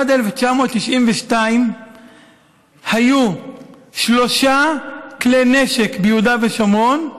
עד 1992 היו שלושה כלי נשק ביהודה ושומרון,